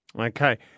Okay